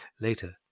Later